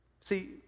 See